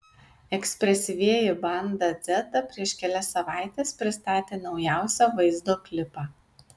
ekspresyvieji banda dzeta prieš kelias savaites pristatė naujausią vaizdo klipą